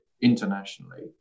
internationally